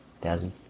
thousand